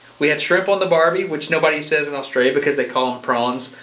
we had shrimp on the barbie, which nobody says in australia because they call them prawns.